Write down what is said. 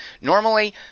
Normally